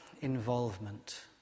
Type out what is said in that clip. involvement